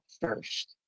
first